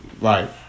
Right